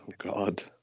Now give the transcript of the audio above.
god